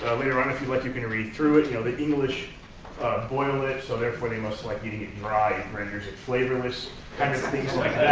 later on, if you'd like, you can read through it. you know, the english boil it, so therefore they must like eating it dry. it renders it flavorless kind of things like